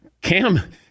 Cam